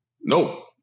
No